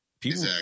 people